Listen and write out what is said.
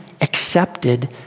accepted